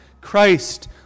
Christ